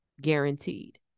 guaranteed